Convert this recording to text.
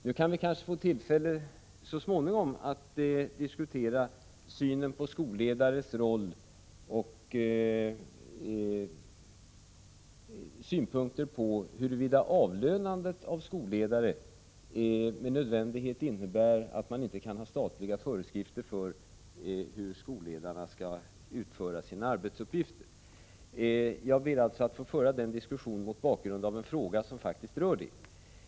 Nu kanske vi kan få tillfälle så småningom att diskutera synen på skolledarens roll och föra fram synpunkter på huruvida kommunalt avlönande av skolledare med nödvändighet innebär att man inte kan ha statliga föreskrifter för hur skolledarna skall utföra sina arbetsuppgifter. Jag ber alltså att få föra den diskussionen mot bakgrund av en fråga som faktiskt rör detta.